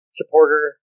supporter